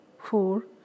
four